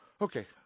Okay